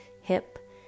hip